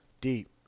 Deep